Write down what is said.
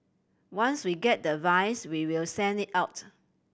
once we get the advice we will send it out